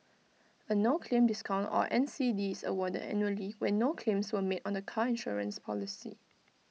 A no claim discount or N C D is awarded annually when no claims were made on the car insurance policy